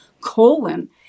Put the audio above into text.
colon